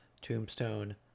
tombstone